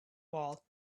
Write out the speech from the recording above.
wall